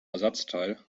ersatzteil